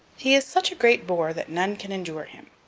he is such a great bore that none can endure him.